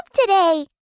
today